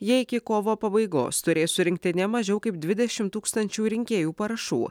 jie iki kovo pabaigos turės surinkti ne mažiau kaip dvidešimt tūkstančių rinkėjų parašų